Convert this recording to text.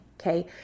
okay